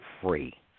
free